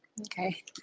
Okay